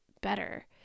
better